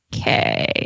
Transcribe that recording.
Okay